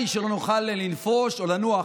של מפלגות.